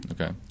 Okay